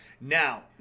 Now